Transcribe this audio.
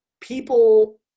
People